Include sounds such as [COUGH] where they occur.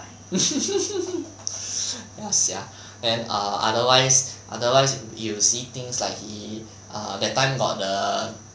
[LAUGHS] ya sia then err otherwise otherwise you see things like he err that time got the